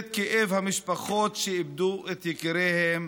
את כאב המשפחות שאיבדו את יקיריהם.